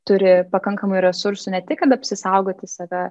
turi pakankamai resursų ne tik kad apsisaugoti save